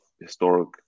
historic